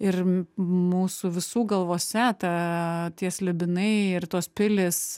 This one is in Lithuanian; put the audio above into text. ir mūsų visų galvose ta tie slibinai ir tos pilys